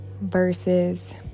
verses